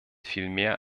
vielmehr